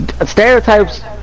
stereotypes